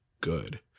good